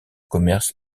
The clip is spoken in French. commerce